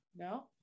No